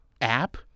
app